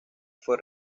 fue